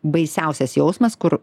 baisiausias jausmas kur